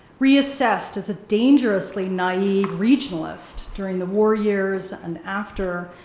reassessed as a dangerously naive regionalist during the war years and after,